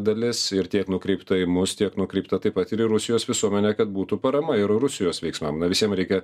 dalis ir tiek nukreipta į mus tiek nukreipta taip pat ir į rusijos visuomenę kad būtų parama ir rusijos veiksmam na visiem reikia